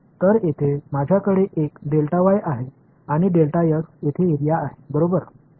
तर येथे माझ्याकडे एक आहे आणि येथे एरिया आहे बरोबर